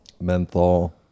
Menthol